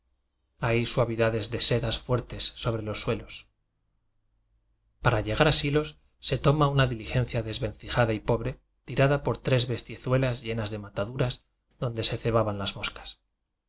hay suavidades de sedas fuertes sobre los suelos para llegar a silos se toma una dili gencia desvencijada y pobre tirada por tres bestiezuelas llenas de mataduras don de se cebaban las moscas